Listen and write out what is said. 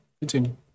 Continue